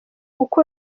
uko